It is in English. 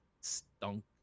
stunk